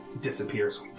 disappears